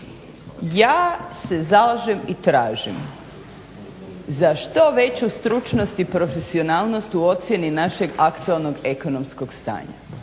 ja se zalažem i tražim za što veću stručnost i profesionalnost u ocijeni našeg aktualnog ekonomskog stanja,